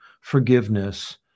forgiveness